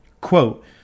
Quote